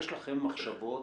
יש לכם מחשבות